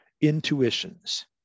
intuitions